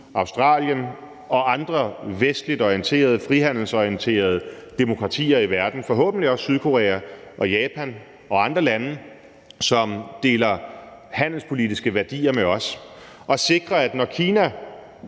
Australien og andre vestligt orienterede og frihandelsorienterede demokratier i verden, forhåbentlig også Sydkorea, Japan og andre lande, som deler handelspolitiske værdier med os, og sikre, at når Kina